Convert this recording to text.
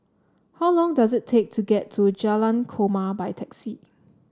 how long does it take to get to Jalan Korma by taxi